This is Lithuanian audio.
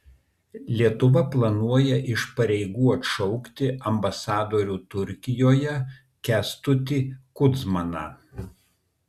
lietuva planuoja iš pareigų atšaukti ambasadorių turkijoje kęstutį kudzmaną